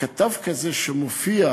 כתב כזה שמופיע,